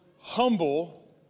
humble